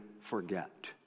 forget